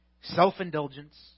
self-indulgence